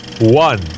one